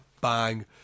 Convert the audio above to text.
Bang